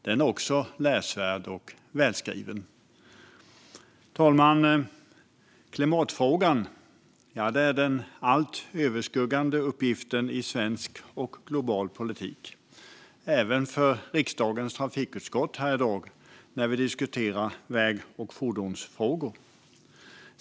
Den är också läsvärd och välskriven. Fru talman! Klimatfrågan är den allt överskuggande uppgiften i svensk och global politik och även för riksdagens trafikutskott här i dag när vi diskuterar väg och fordonsfrågor.